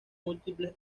múltiples